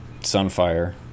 sunfire